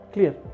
Clear